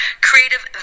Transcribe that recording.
Creative